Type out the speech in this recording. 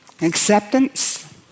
acceptance